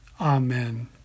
Amen